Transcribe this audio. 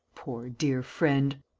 poor, dear friend.